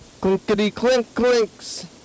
Clinkity-clink-clinks